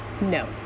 no